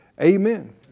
Amen